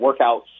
workouts